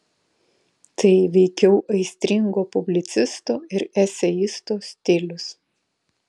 tai veikiau aistringo publicisto ir eseisto stilius